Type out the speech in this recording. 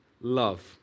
love